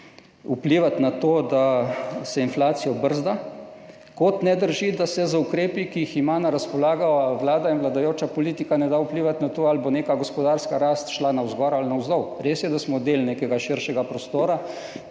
vplivati oziroma brzdati inflacijo. Kot ne drži, da se z ukrepi, ki jih ima na razpolago Vlada in vladajoča politika, ne da vplivati na to, ali bo neka gospodarska rast šla navzgor ali navzdol. Res je, da smo del nekega širšega prostora,